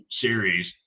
series